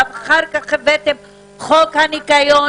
אחר כך הבאתם את חוק הניקיון,